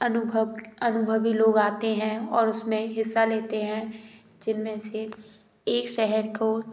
अनुभव अनुभवी लोग आते हैं और उसमें हिस्सा लेते हैं जिनमें से एक शहर को